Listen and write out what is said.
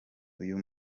uyu